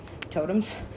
totems